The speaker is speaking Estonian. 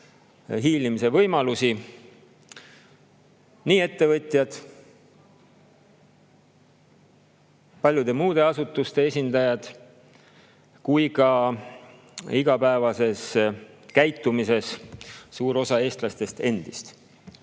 möödahiilimise võimalusi nii ettevõtjad, paljude muude asutuste esindajad kui ka igapäevases käitumises suur osa eestlastest endist.